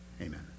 amen